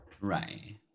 Right